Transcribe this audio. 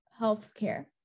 Healthcare